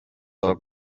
doc